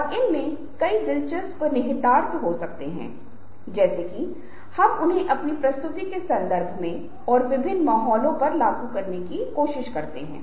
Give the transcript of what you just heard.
और फिर से हम सर्वेक्षण पूरा करने के बाद पता लगाएंगे कि हम इन धारणाओं के संदर्भ में कहां खड़े हैं जो हम अक्सर बनाते हैं